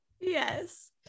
Yes